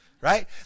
right